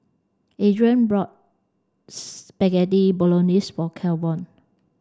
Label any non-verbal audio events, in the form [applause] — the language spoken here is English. Adrain bought [unintelligible] Bolognese for Kevon